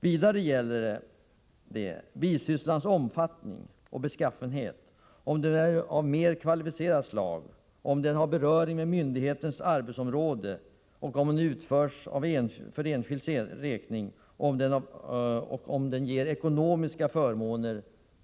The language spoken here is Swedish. Vidare gäller det bisysslans omfattning och beskaffenhet: om den är av mer kvalificerat slag, om den har beröring med myndighetens arbetsområde, om den utförs för enskilds räkning och om den ger tjänstemannen ekonomiska förmåner.